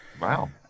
Wow